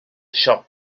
siop